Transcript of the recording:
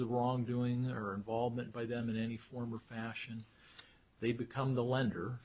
of wrongdoing or involvement by them in any form or fashion they become the lender